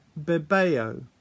bebeo